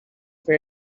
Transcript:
for